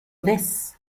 this